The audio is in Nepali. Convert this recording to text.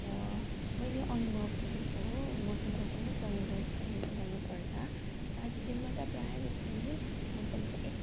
र मैले अनुभव गरेको मौसमको कुनै परिवर्तन भन्नु पर्दा दार्जिलिङमा त प्रायः जस्तो नै मौसम त एक